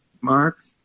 Mark